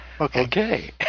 Okay